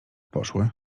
poszły